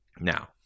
Now